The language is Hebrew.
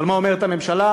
אבל מה אומרת הממשלה?